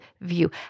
view